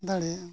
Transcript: ᱫᱟᱲᱮᱭᱟᱜ ᱟᱢ